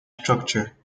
structure